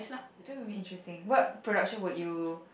gonna be interesting what production would you